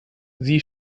sie